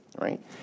right